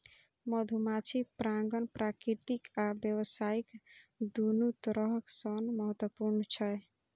मधुमाछी परागण प्राकृतिक आ व्यावसायिक, दुनू तरह सं महत्वपूर्ण छै